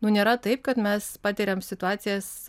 nu nėra taip kad mes patiriam situacijas